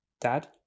Dad